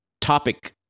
topic